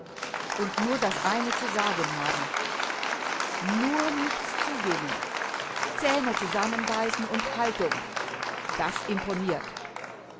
und nur das eine zu sagen haben nur nichts zugeben zähne zusammenbeißen und haltung das imponiert